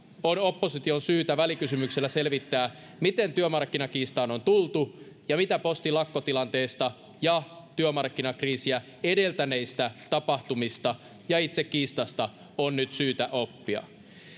on opposition syytä välikysymyksellä selvittää miten työmarkkinakiistaan on tultu ja mitä postin lakkotilanteesta ja työmarkkinakriisiä edeltäneistä tapahtumista ja itse kiistasta on syytä oppia